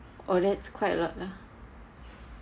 orh that's quite a lot lah